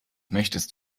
möchtest